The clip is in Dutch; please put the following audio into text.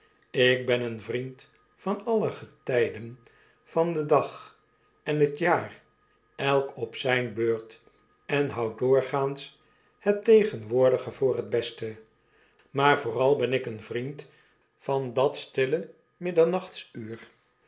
ik ben een vriend van alle getyden van den dag en het jaar elk op zyne beurt en houd doorgaans het tegenwoordige voor het beste maar vooral ben ik eeja vriend van dat stille